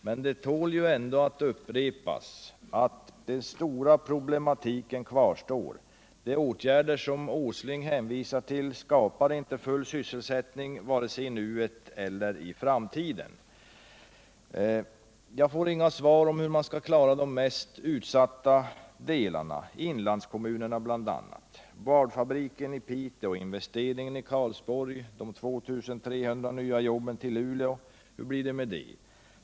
Men det tål ändå att upprepas att den stora problematiken kvarstår. De åtgärder som Nils Åsling hänvisade till skapar inte full sysselsättning, vare sig i nuet eller för framtiden. Jag får inga svar på hur man skall kunna rädda de mest utsatta delarna av Norrbotten, bl.a. inlandskommunerna. Hur blir det med boardfabriken i Piteå, med investeringen i Karlsborg, med de 2 300 nya jobben i Luleå?